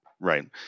Right